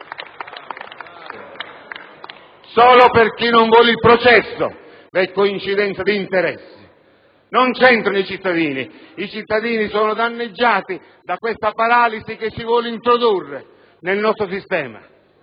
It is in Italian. Solo per chi non vuole il processo vi è coincidenza di interessi! Non c'entrano i cittadini, che sono danneggiati da questa paralisi che si vuole introdurre nel nostro sistema.